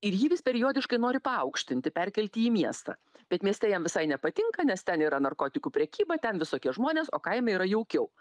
ir jį vis periodiškai nori paaukštinti perkelti į miestą bet mieste jam visai nepatinka nes ten yra narkotikų prekyba ten visokie žmonės o kaime yra jaukiau